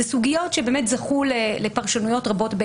אלה סוגיות שבאמת זכו לפרשנויות רבות.